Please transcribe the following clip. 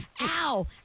ow